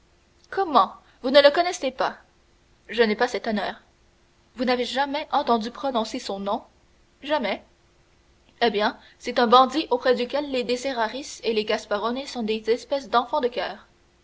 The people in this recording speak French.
comment vous ne le connaissez pas je n'ai pas cet honneur vous n'avez jamais entendu prononcer son nom jamais eh bien c'est un bandit auprès duquel les deseraris et les gasparone sont des espèces d'enfants de choeur